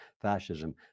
fascism